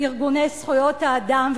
ארגוני זכויות האדם.